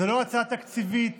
זו לא הצעה תקציבית